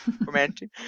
Romantic